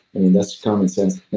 and and that's common sense.